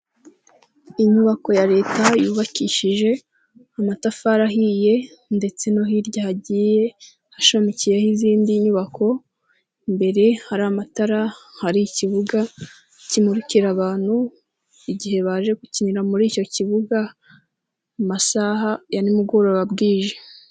Inyubako ya leta yubakishije, amatafari ahiye, ndetse no hirya hagiye, hashamikiyeho izindi nyubako. Imbere hari amatara, hari ikibuga, kimurikira abantu igihe baje gukinira muri icyo kibuga, mu masaha ya nimugoroba bwije.